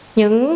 những